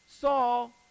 Saul